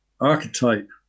archetype